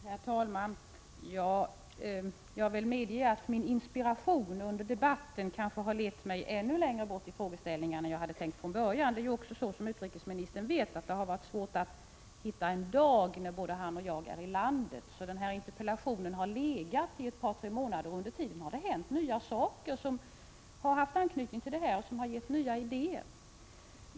Herr talman! Ja, jag vill medge att min inspiration under debatten kanske har lett mig ännu längre i frågeställningarna än jag hade tänkt från början. Det är ju också så, som utrikesministern vet, att det har varit svårt att hitta en dag då både han och jag befinner oss i landet och att den här interpellationen därför har legat obesvarad ett par tre månader. Under tiden har det hänt nya saker som har haft anknytning till det här problemet och som har gett nya idéer.